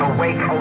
Awake